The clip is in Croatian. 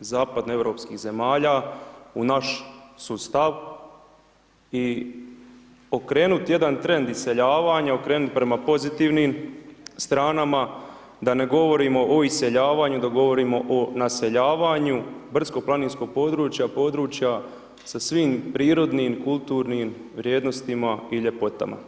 zapadnoeuropskih zemalja u naš sustav i okrenuti jedan trend iseljavanja, okrenut prema pozitivnim stranama, da ne govorimo o iseljavanju, da govorimo o naseljavanju brdsko-planinskog područja, područja sa svim prirodnim, kulturnim vrijednostima i ljepotama.